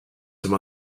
some